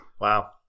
Wow